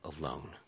alone